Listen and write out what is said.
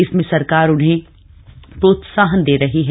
इसमें सरकार उन्हें प्रोत्साहन दे रही है